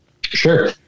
Sure